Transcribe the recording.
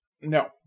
no